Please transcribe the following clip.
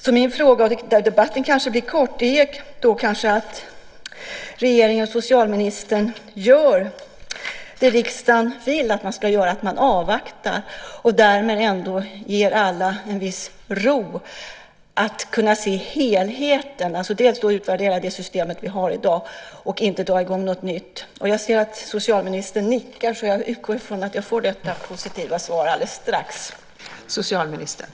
Min fråga är - och debatten kanske blir kort - om regeringen och socialministern gör det som riksdagen vill att man ska göra, avvakta, och därmed ger alla en viss ro. Man måste kunna se till helheten och utvärdera det system vi har i dag och inte dra i gång något nytt. Jag ser att socialministern nickar, så jag utgår från att jag får ett positivt svar alldeles strax.